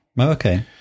okay